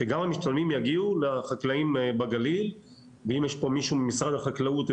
שגם המשתלמים יגיעו לחקלאים בגליל ואם יש פה מישהו ממשרד החקלאות,